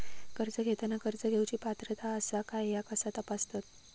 कर्ज घेताना कर्ज घेवची पात्रता आसा काय ह्या कसा तपासतात?